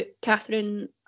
Catherine